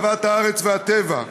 אהבת הארץ והטבע.